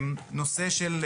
הנושא של,